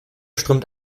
strömt